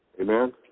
Amen